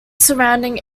surrounding